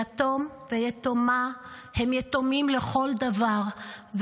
יתום ויתומה הם יתומים לכל דבר,